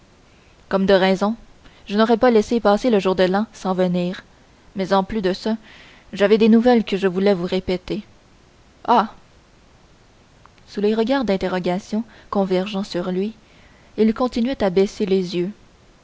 comme de raison je n'aurais pas laissé passer le jour de l'an sans venir mais en plus de ça j'avais des nouvelles que je voulais vous répéter ah sous les regards d'interrogation convergeant sur lui il continuait à baisser les yeux